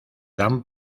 dan